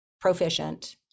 proficient